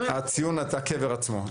הכוונה לקבר עצמו.